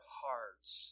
hearts